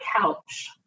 couch